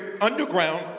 underground